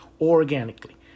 organically